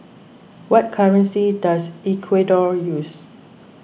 what currency does Ecuador use